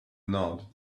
nod